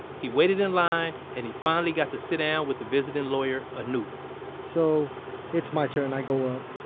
he waited in line and he finally got to sit down with the visiting lawyer, anoop so it's my turn. i go up.